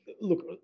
look